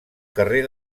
carrer